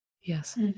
Yes